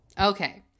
okay